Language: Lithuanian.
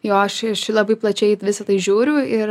jo aš iš labai plačiai į visa tai žiūriu ir